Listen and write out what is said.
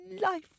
life